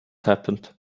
happened